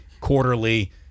quarterly